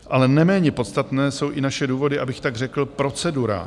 Ale neméně podstatné jsou i naše důvody, abych tak řekl, procedurální.